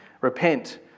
repent